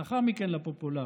לאחר מכן לפופולרי.